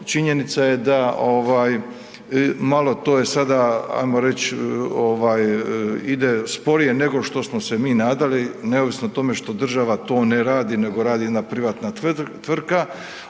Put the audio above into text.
činjenica je da ovaj malo to je sada ajmo reći ovaj ide sporije nego što smo se mi nadali neovisno o tome što država to ne radi nego radi jedna privatna tvrtka.